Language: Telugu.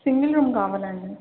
సింగిల్ రూమ్ కావాలండి